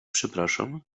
przepraszam